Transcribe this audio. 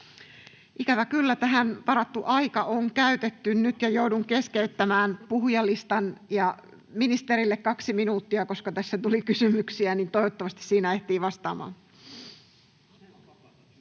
Ikävä kyllä tähän varattu aika on käytetty nyt ja joudun keskeyttämään puhujalistan. — Ministerille 2 minuuttia, koska tässä tuli kysymyksiä. Toivottavasti siinä ehtii vastaamaan.